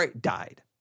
died